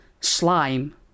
slime